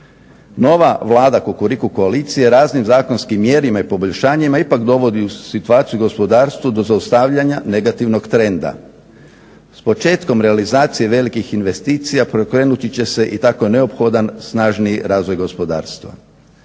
Nova Vlada Kukuriku koalicije raznim zakonskim mjerama i poboljšanjima ipak dovodi u situaciju gospodarstvo do zaustavljanja negativnog trenda. S početkom realizacije velikih investicija preokrenuti će se i tako neophodan snažni razvoj gospodarstva.